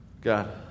God